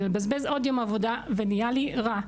לבזבז עוד יום עבודה ונהיה לי רע.